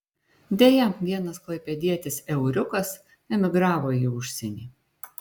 deja vienas klaipėdietis euriukas emigravo į užsienį